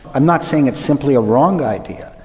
i'm not saying it's simply a wrong idea.